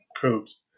codes